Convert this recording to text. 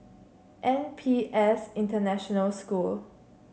N P S International School